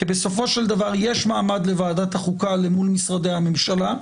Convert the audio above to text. כי בסופו של דבר יש מעמד לוועדת החוקה למול משרדי הממשלה,